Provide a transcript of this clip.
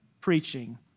preaching